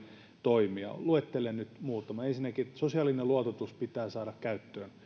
toimia luettelen nyt muutaman ensinnäkin sosiaalinen luototus pitää saada käyttöön